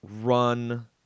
run